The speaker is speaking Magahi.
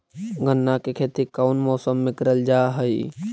गन्ना के खेती कोउन मौसम मे करल जा हई?